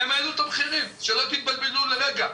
שלא תתבלבלו לרגע.